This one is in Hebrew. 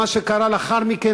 מה שקרה לאחר מכן,